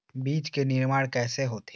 बीज के निर्माण कैसे होथे?